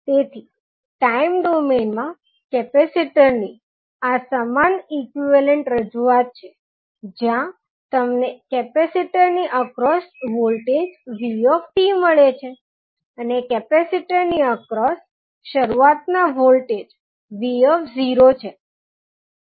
તેથી time domain માં કેપેસિટરની આ સમાન ઇક્વીવેલન્ટ રજૂઆત છે જ્યાં તમને કેપેસિટર ની અક્રોસ વોલ્ટેજ vt મળે છે અને કેપેસિટર ની અક્રોસ શરૂઆતના વોલ્ટેજ v0 છે